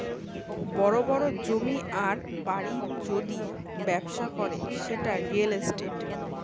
বড় বড় জমির আর বাড়ির যদি ব্যবসা করে সেটা রিয়্যাল ইস্টেট